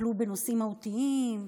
יטפלו בנושאים מהותיים,